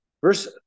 verse